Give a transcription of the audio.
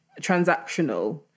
transactional